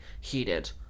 heated